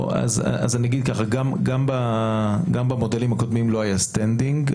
גם במודלים הקודמים לא הייתה זכות עמידה.